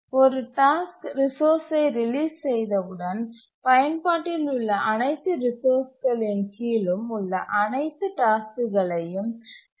ஒரு டாஸ்க் ரிசோர்ஸ்சை ரிலீஸ் செய்தவுடன் பயன்பாட்டில் உள்ள அனைத்து ரிசோர்ஸ்களின் கீழும் உள்ள அனைத்து டாஸ்க்குகளையும் சி